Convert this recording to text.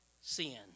sin